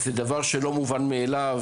וזה דבר שלא מובן מאליו,